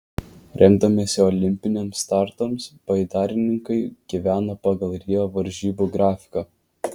rengdamiesi olimpiniams startams baidarininkai gyveno pagal rio varžybų grafiką